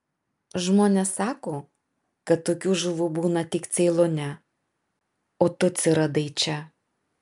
žmonės sako kad tokių žuvų būna tik ceilone o tu atsiradai čia